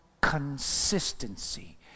consistency